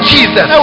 Jesus